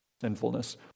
sinfulness